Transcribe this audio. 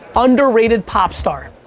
underrated pop star.